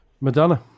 Madonna